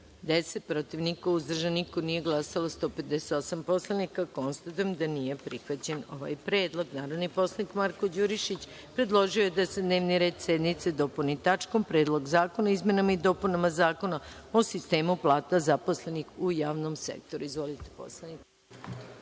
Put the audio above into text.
10, protiv – niko, uzdržanih – nema, nije glasalo 158 narodnih poslanika. Konstatujem da nije prihvaćen ovaj predlog. Narodni poslanik Marko Đurišić predložio je da se dnevni red sednice dopuni tačkom – Predlog zakona o izmenama i dopunama Zakona o sistemu plata zaposlenih u javnom sektoru. Izvolite poslaniče.